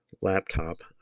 laptop